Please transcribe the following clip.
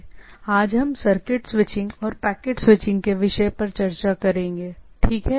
इसलिए आज हम सर्किट स्विचिंग और पैकेट स्विचिंग के विषय पर चर्चा करेंगे ठीक है